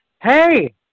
Hey